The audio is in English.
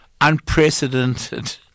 unprecedented